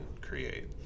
create